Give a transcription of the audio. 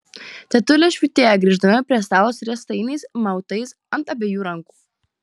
tetulė švytėjo grįždama prie stalo su riestainiais mautais ant abiejų rankų